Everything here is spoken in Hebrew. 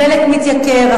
הדלק מתייקר,